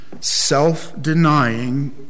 self-denying